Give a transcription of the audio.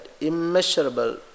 immeasurable